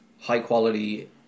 high-quality